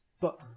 But-